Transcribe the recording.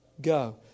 go